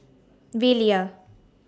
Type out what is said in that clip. Velia